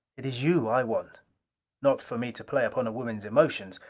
it is you i want not for me to play upon a woman's emotions!